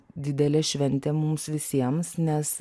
didelė šventė mums visiems nes